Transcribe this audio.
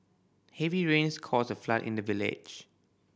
heavy rains caused a flood in the village